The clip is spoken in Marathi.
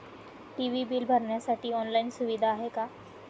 टी.वी बिल भरण्यासाठी ऑनलाईन सुविधा आहे का?